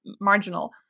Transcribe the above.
marginal